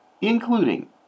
including